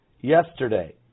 yesterday